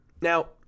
now